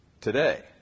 today